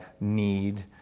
need